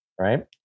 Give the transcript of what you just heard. right